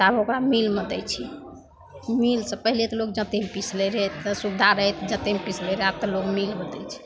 तब ओकरा मिलमे दै छी मिलसे पहिले तऽ लोक जाँतेमे पिसि लै रहै नहि सुविधा रहै तऽ जाँतेमे पिसि लै रहै आब तऽ लोक मिलमे दै छै